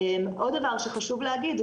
עוד דבר שחשוב להגיד,